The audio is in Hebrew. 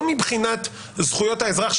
לא מבחינת זכויות האזרח,